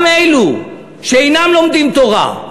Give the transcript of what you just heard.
גם אלו שאינם לומדים תורה,